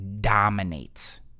Dominates